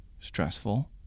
stressful